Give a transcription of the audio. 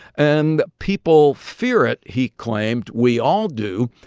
and people fear it, he claimed. we all do,